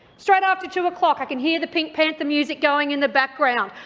straight after two o'clock i can hear the pink panther music going in the background.